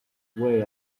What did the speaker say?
way